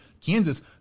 Kansas